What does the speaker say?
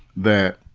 that